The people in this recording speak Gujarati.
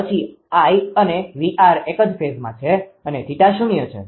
પછી I અને 𝑉𝑅 એક જ ફેઝમાં છે અને θ શૂન્ય છે